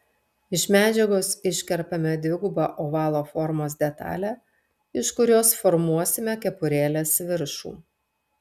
iš medžiagos iškerpame dvigubą ovalo formos detalę iš kurios formuosime kepurėlės viršų